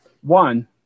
One